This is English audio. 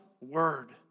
word